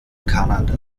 kanada